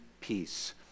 peace